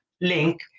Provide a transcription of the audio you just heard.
link